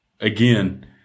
again